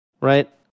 Right